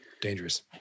Dangerous